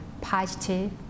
positive